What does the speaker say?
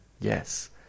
yes